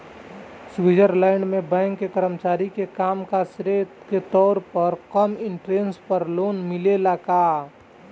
Switzerland में bank के कर्मचारी के काम के श्रेय के तौर पर कम इंटरेस्ट पर लोन मिलेला का?